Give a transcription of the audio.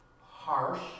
harsh